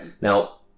Now